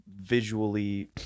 visually